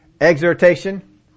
exhortation